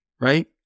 right